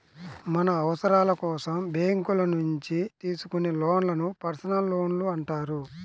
మన అవసరాల కోసం బ్యేంకుల నుంచి తీసుకునే లోన్లను పర్సనల్ లోన్లు అంటారు